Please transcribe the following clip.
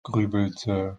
grübelte